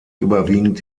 überwiegend